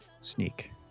sneak